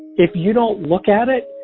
if you don't look at it,